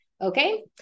okay